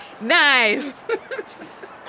Nice